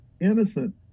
innocent